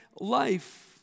life